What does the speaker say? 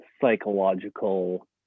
psychological